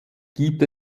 gibt